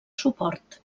suport